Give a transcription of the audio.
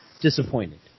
disappointed